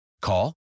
Call